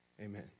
Amen